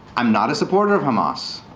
i'm not a supporter of hamas.